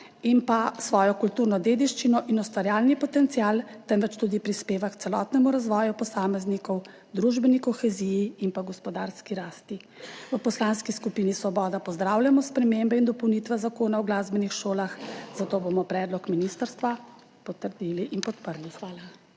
svojo kulturno dediščino in ustvarjalni potencial, temveč tudi prispeva k celotnemu razvoju posameznikov, družbeni koheziji in gospodarski rasti. V Poslanski skupini Svoboda pozdravljamo spremembe in dopolnitve Zakona o glasbenih šolah, zato bomo predlog ministrstva potrdili in podprli. Hvala.